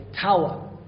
tower